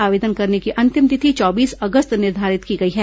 आवेदन करने की अंतिम तिथि चौबीस अगस्त निर्धारित की गई है